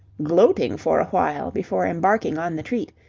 gloating for awhile before embarking on the treat,